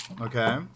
Okay